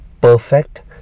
perfect